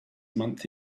month